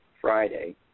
Friday